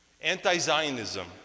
Anti-Zionism